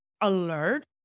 alert